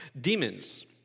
Demons